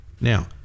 now